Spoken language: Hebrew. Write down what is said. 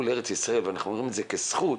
לארץ ישראל ואנחנו רואים את זה כזכות,